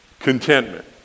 contentment